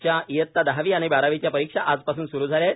च्या इयत्ता दहावी आणि बारावीच्या परीक्षा आजपासून स्रु झाल्या आहेत